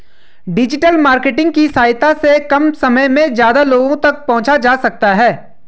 digital marketing की सहायता से कम समय में ज्यादा लोगो तक पंहुचा जा सकता है